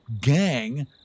gang